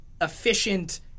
efficient